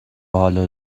حالو